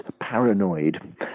paranoid